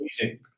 music